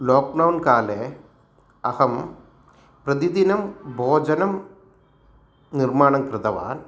लाक्डौन्काले अहं प्रतिदिनं भोजनं निर्माणं कृतवान्